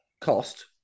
cost